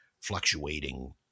fluctuating